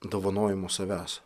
dovanojimo savęs